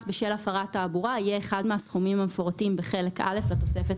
בשל הפרת תעבורה יהיה אחד מהסכומים המפורטים בחלק א' לתוספת